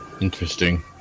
Interesting